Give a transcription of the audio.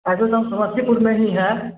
अभी तो हम समस्तीपुर में ही है